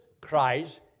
Christ